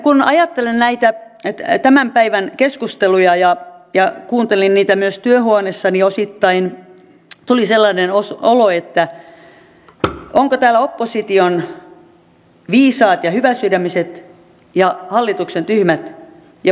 kun ajattelen näitä tämän päivän keskusteluja ja kuuntelin niitä myös työhuoneessani osittain tuli sellainen olo että ovatko täällä opposition viisaat ja hyväsydämiset ja hallituksen tyhmät ja pahansuovat